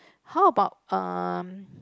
how about um